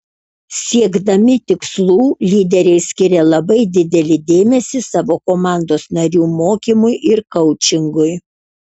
siekdami tikslų lyderiai skiria labai didelį dėmesį savo komandos narių mokymui ir koučingui